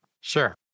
Sure